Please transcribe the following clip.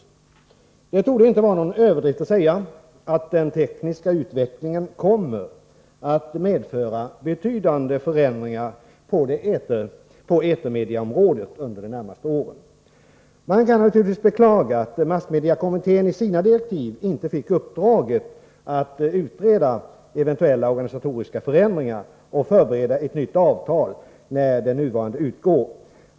Det torde inte vara någon överdrift att säga att den tekniska utvecklingen kommer att medföra betydande förändringar på etermediaområdet under de närmaste åren. Man kan naturligtvis beklaga att massmediekommittén i sina direktiv inte fick uppdraget att utreda eventuella organisatoriska förändringar och förbereda ett nytt avtal när det nuvarande utgår.